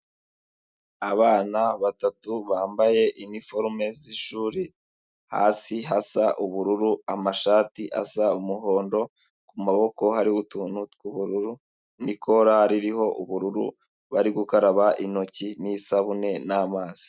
Abana batatu bambaye iniforume z'ishuri, hasi hasa ubururu, amashati asa umuhondo, ku maboko hariho utuntu tw'ubururu, n'ikora ririho ubururu, bari gukaraba intoki n'isabune n'amazi.